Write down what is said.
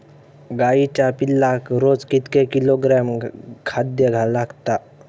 गाईच्या पिल्लाक रोज कितके किलोग्रॅम खाद्य लागता?